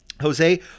Jose